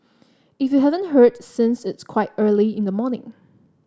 if you haven't heard since it's quite early in the morning